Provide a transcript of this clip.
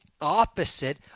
opposite